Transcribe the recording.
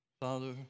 Father